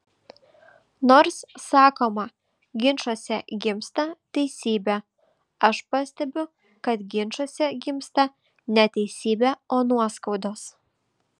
nors sakoma ginčuose gimsta teisybė aš pastebiu kad ginčuose gimsta ne teisybė o nuoskaudos